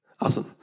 Awesome